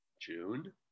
june